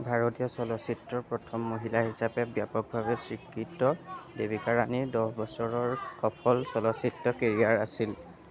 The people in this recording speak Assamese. ভাৰতীয় চলচ্চিত্ৰৰ প্ৰথম মহিলা হিচাপে ব্যাপকভাৱে স্বীকৃত দেবিকা ৰাণীৰ দহ বছৰৰ সফল চলচ্চিত্ৰ কেৰিয়াৰ আছিল